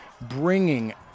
bringing